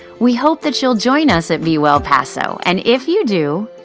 we hope that you'll join us at be well paso, and if you do,